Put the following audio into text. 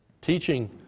teaching